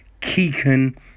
Keegan